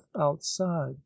outside